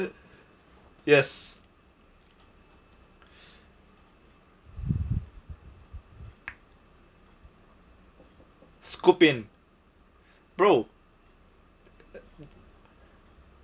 yes scoop in bro